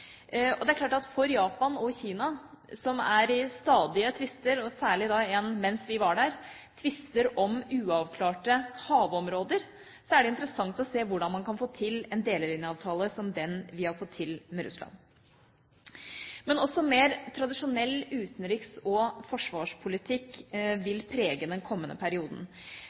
Det er klart at for Japan og Kina, som er i stadige tvister – det var én mens vi var der – tvister om uavklarte havområder, er det interessant å se hvordan man kan få til en delelinjeavtale som den vi har fått til med Russland. Også mer tradisjonell utenriks- og forsvarspolitikk vil prege den kommende perioden.